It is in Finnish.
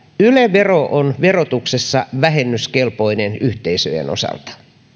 yle vero on verotuksessa vähennyskelpoinen yhteisöjen osalta